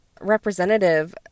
representative